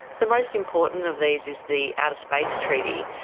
the most important of these is the outer space treaty,